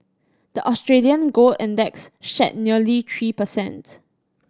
the Australian gold index shed nearly three percents